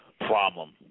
problem